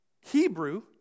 Hebrew